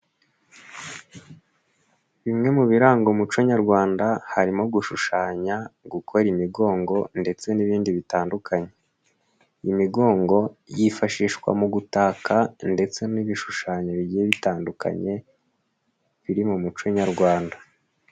Bimwe mu biranga umuco Nyarwanda harimo gushushanya, gukora imigongo, ndetse n'ibindi bitandukanye. Imigongo yifashishwa mu gutaka ndetse n'ibishushanyo bigiye bitandukanye biri mu muco Nyarwanda.